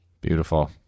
Beautiful